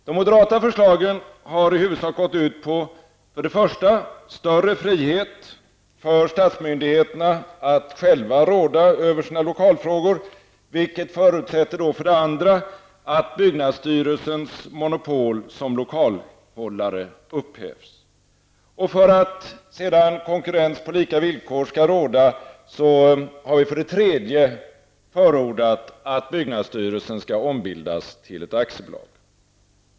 De moderata förslagen har i huvudsak gått ut på för det första större frihet för statsmyndigheterna att själva råda över sina lokalfrågor, vilket för det andra förutsätter att byggnadsstyrelsens monopol som lokalhållare upphävs. För att sedan konkurrens på lika villkor skall råda har vi för det tredje förordat att byggnadsstyrelsen skall ombildas till aktiebolag.